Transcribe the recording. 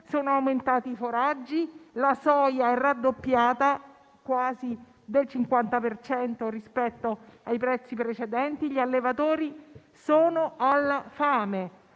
sono aumentati i foraggi, la soia è aumentata quasi del 50 per cento rispetto ai prezzi precedenti e gli allevatori sono alla fame.